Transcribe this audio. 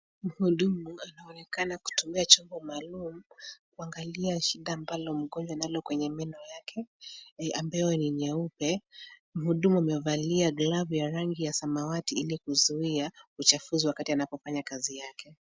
Mhudumu anaonekana kutumia chombo maalum, kuangalia shida ambalo mgonjwa analo kwenye meno yake, ambayo ni nyeupe. Mhudumu amevalia glavu ya rangi ya samawati ili kuzuia uchafuzi wakati anapo fanya kazi yake.